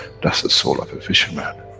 that's the soul of a fisherman,